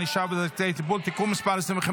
ענישה ודרכי טיפול) (תיקון מס' 25,